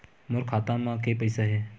मोर खाता म के पईसा हे?